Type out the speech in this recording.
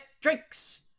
drinks